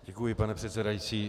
Děkuji, pane předsedající.